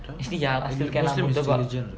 actually ya still can lah murtabak